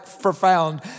profound